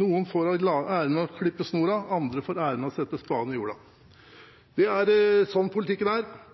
Noen får æren av å klippe snoren, og andre får æren av å sette spaden i jorden. Det er sånn